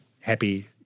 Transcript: happy